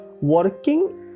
working